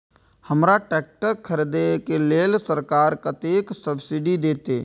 हमरा ट्रैक्टर खरदे के लेल सरकार कतेक सब्सीडी देते?